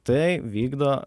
tai vykdo